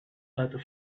but